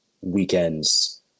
weekends